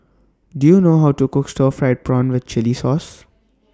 Do YOU know How to Cook Stir Fried Prawn with Chili Sauce